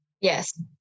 Yes